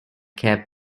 cap